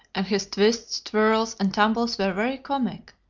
and his twists, twirls, and tumbles were very comic.